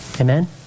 Amen